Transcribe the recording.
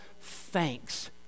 thanks